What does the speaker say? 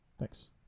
Thanks